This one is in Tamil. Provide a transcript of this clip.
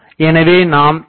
அதாவது Ex0 வாகும்